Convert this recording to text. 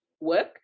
work